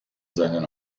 seinen